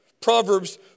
Proverbs